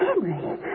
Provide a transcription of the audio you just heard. Henry